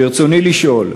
ברצוני לשאול: